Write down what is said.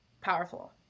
powerful